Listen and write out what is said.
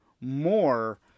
more